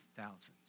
thousands